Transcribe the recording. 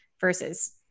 versus